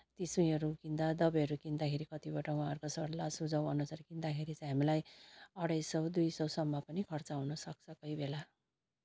ती सुईहरू किन्दा दबाईहरू किन्दाखेरि कतिवटा उहाँहरूको सल्लाह सुझाउअनुसार किन्दाखेरि चाहिँ हामीलाई अढाई सय दुइ सयसम्म पनि खर्च हुनुसक्छ कोही बेला